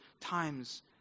times